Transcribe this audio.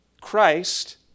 Christ